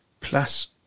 plus